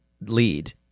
lead